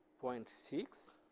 point six